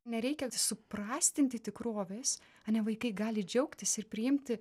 nereikia suprastinti tikrovės ane vaikai gali džiaugtis ir priimti